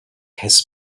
his